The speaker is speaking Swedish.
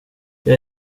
jag